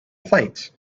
plate